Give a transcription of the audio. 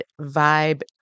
vibe